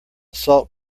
salt